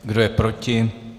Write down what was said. Kdo je proti?